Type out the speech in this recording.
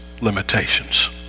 limitations